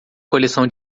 coleção